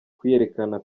kwiyerekana